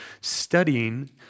studying